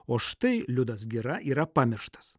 o štai liudas gira yra pamirštas